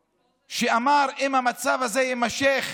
שאמר: אם המצב הזה יימשך